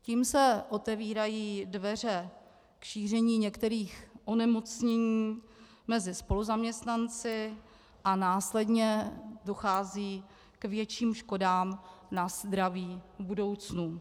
Tím se otevírají dveře k šíření některých onemocnění mezi spoluzaměstnanci a následně dochází k větším škodám na zdraví v budoucnu.